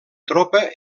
tropa